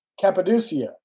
Cappadocia